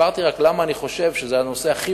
והסברתי רק למה אני חושב שזה הנושא הכי